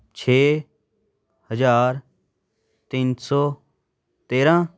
ਛੇ ਹਜ਼ਾਰ ਤਿੰਨ ਸੌ ਤੇਰਾਂ